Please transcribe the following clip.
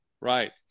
Right